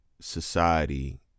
society